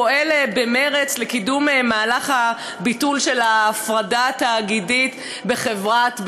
פועל במרץ לקידום מהלך הביטול של ההפרדה התאגידית בחברת "בזק".